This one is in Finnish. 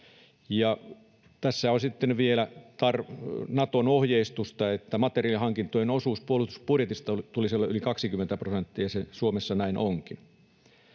sitten on vielä Naton ohjeistusta, että materiahankintojen osuus puolustusbudjetista tulisi olla yli 20 prosenttia, ja se Suomessa näin onkin.